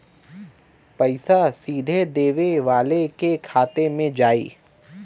पइसा सीधे देवे वाले के खाते में जाई